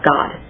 God